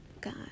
God